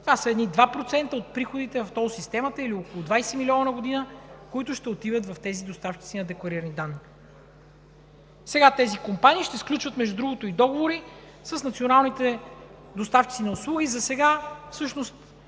Това са едни 2% от приходите в тол системата или около 20 милиона на година, които ще отидат в тези доставчици на декларирани данни. Сега тези компании ще сключват между другото и договори с националните доставчици на услуги.